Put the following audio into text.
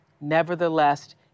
Nevertheless